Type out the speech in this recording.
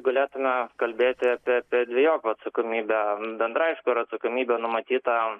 galėtume kalbėti apie apie dvejopą atsakomybę bendra aišku yra atsakomybė numatyta